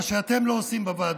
מה שאתם לא עושים בוועדות.